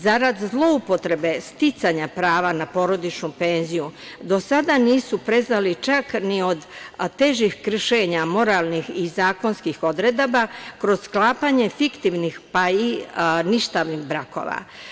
Zarad zloupotrebe sticanja prava na porodičnu penziju do sada nisu prezali čak ni od težih rešenja, moralnih i zakonskih odredaba kroz sklapanje fiktivnih, pa i ništavnih brakova.